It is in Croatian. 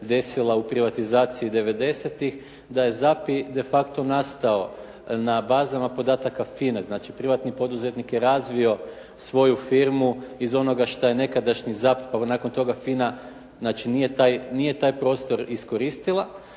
desila u privatizaciji devedesetih da je ZAPI de facto nastao na bazama podataka FINA-e, znači privatni poduzetnik je razvio svoju firmu iz onoga što je nekadašnji ZAP, pa nakon toga FINA, znači nije taj prostor iskoristila